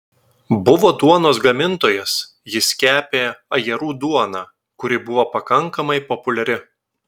buvo duonos gamintojas jis kepė ajerų duoną kuri buvo pakankamai populiari